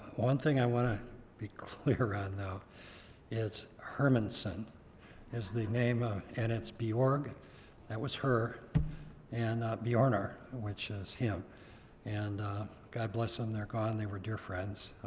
one thing i want to be clear on though it's hermansen is the name of and it's bjorg that was her and bjornar which is him and god bless them. they're gone. they were dear friends.